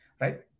right